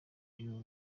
y’u